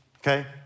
Okay